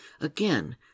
Again